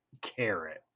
carrot